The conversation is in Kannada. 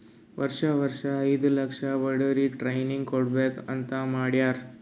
ವರ್ಷಾ ವರ್ಷಾ ಐಯ್ದ ಲಕ್ಷ ಬಡುರಿಗ್ ಟ್ರೈನಿಂಗ್ ಕೊಡ್ಬೇಕ್ ಅಂತ್ ಮಾಡ್ಯಾರ್